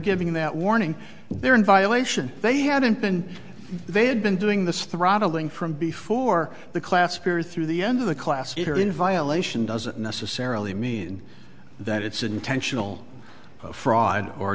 giving that warning they're in violation they hadn't been they had been doing this throttling from before the class period through the end of the class you're in violation doesn't necessarily mean that it's intentional fraud or